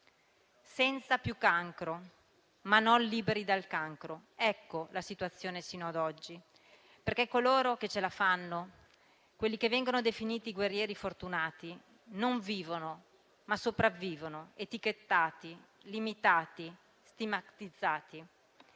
Senza più cancro, ma non liberi dal cancro: ecco la situazione sino ad oggi. Coloro che ce la fanno, quelli che vengono definiti "guerrieri fortunati", non vivono, ma sopravvivono, etichettati, limitati e stigmatizzati.